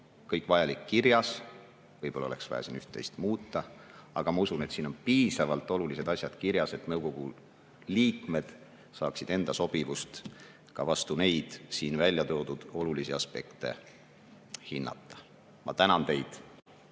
kõik vajalik kirjas. Võib-olla oleks vaja siin üht-teist muuta. Aga ma usun, et siin on piisavalt olulised asjad kirjas, et nõukogu liikmed saaksid enda sobivust ka [vastavalt] nendele siin välja toodud olulistele aspektidele hinnata. Ma tänan teid.